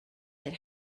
that